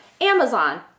Amazon